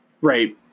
Right